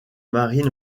marine